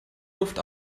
luft